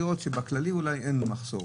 הכללי אין מחסור,